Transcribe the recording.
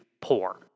poor